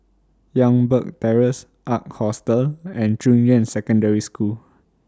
Youngberg Terrace Ark Hostel and Junyuan Secondary School